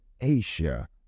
Asia